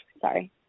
Sorry